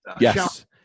Yes